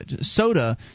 soda